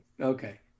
Okay